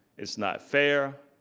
it's not fair,